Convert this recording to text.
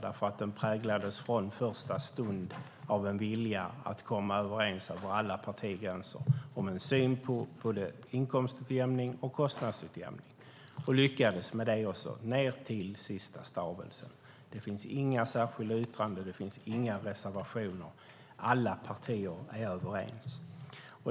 Den präglades från första stund av en vilja att komma överens över alla partigränser om en syn på både inkomstutjämning och kostnadsutjämning. Vi lyckades också med det ned till sista stavelsen. Det finns inga särskilda yttranden. Det finns inga reservationer. Alla partier är överens.